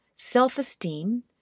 self-esteem